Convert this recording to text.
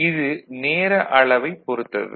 இது நேர அளவைப் பொறுத்தது